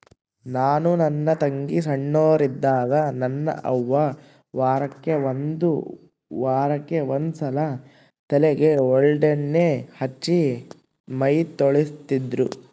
ನಾನು ನನ್ನ ತಂಗಿ ಸೊಣ್ಣೋರಿದ್ದಾಗ ನನ್ನ ಅವ್ವ ವಾರಕ್ಕೆ ಒಂದ್ಸಲ ತಲೆಗೆ ಔಡ್ಲಣ್ಣೆ ಹಚ್ಚಿ ಮೈತೊಳಿತಿದ್ರು